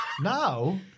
Now